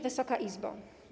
Wysoka Izbo!